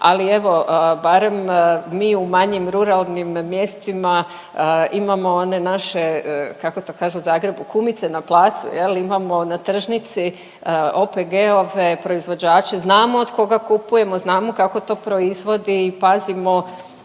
ali evo barem mi u manjim ruralnim mjestima imamo one naše kako to kažu u Zagrebu kumice na placu. Jel' imamo na tržnici OPG-ove, proizvođače, znamo od koga kupujemo, znamo kako to proizvodi i pazimo,